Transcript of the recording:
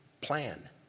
plan